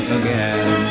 again